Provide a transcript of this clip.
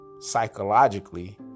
psychologically